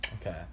Okay